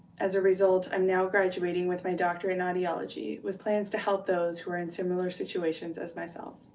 as a result, i'm now graduating with my doctorate in audiology, with plans to help those who are in similar situations as myself.